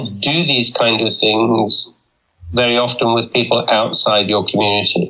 do these kinds of things very often with people outside your community. so